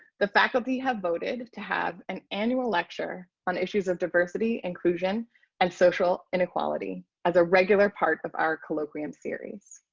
the faculty have voted to have an annual lecture on issues of diversity inclusion and social inequality as a regular part of our colloquium series.